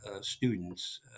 students